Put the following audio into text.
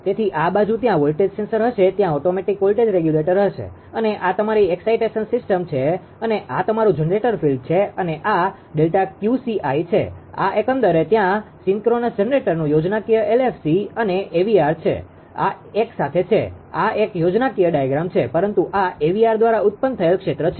તેથી આ બાજુ ત્યાં વોલ્ટેજ સેન્સર હશે ત્યાં ઓટોમેટીક વોલ્ટેજ રેગ્યુલેટર હશે અને આ તમારી એકસાઇટેશન સિસ્ટમexcitation systemઉત્તેજના પ્રણાલી છે અને આ તમારું જનરેટર ફીલ્ડ છે અને આ Δ𝑄𝑐𝑖 છે આ એકંદરે ત્યાં સીન્ક્રોન્સ જનરેટરનુ યોજનાકીય LFC અને AVR છે આ એક સાથે છે આ એક યોજનાકીય ડાયાગ્રામ છે પરંતુ આ AVR દ્વારા ઉત્પન્ન થયેલ ક્ષેત્ર છે